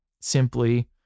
simply